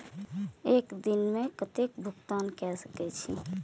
एक दिन में कतेक तक भुगतान कै सके छी